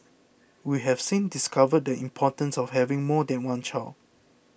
we have since discovered the importance of having more than one child